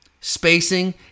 spacing